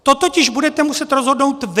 To totiž budete muset rozhodnout vy.